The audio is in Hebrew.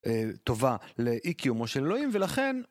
טובה לאי קיומו של אלוהים ולכן